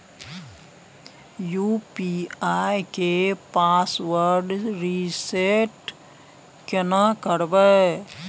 UPI के password reset केना करबे?